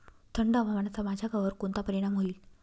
थंड हवामानाचा माझ्या गव्हावर कोणता परिणाम होईल?